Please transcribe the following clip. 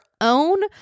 own